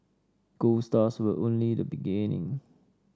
gold stars were only the beginning